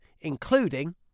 including